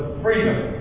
freedom